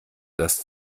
das